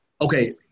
okay